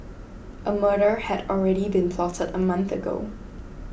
a murder had already been plotted a month ago